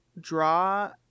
draw